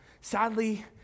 Sadly